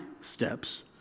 steps